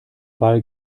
ball